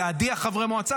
כדי להדיח חברי מועצה,